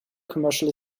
commercially